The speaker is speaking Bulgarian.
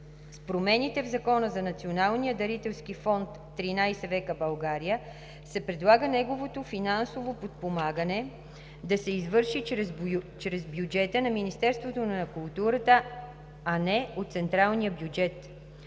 С промените в Закона за Националния дарителски фонд „13 века България“ се предлага неговото финансово подпомагане да се извършва чрез бюджета на Министерството на културата, а не от централния бюджет.